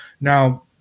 now